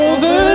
Over